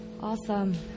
Awesome